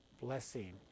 blessing